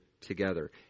together